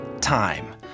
time